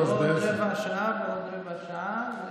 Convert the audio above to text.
רבע שעה ועוד רבע שעה.